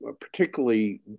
particularly